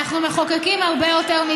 כולל החוק הזה.